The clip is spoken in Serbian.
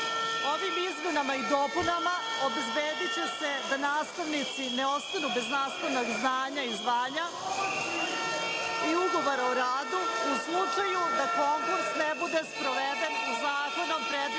Ovim izmenama i dopunama obezbediće se da nastavnici ne ostanu bez nastavnog znanja i zvanja i ugovora o radu u slučaju da konkurs ne bude sproveden u zakonom predviđenom